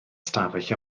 stafell